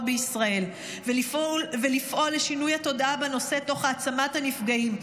בישראל ולפעול לשינוי התודעה בנושא תוך העצמת הנפגעים.